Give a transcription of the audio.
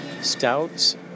stouts